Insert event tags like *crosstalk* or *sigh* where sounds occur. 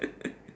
*laughs*